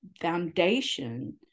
foundation